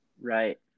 Right